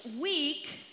week